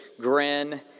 grin